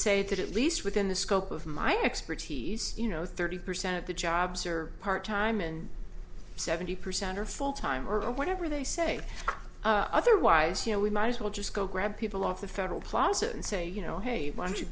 say that at least within the scope of my expertise you know thirty percent of the jobs are part time and seventy percent are full time or whatever they say otherwise you know we might as well just go grab people off the federal plaza and say you know hey